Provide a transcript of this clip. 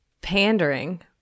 pandering